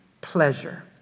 pleasure